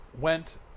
went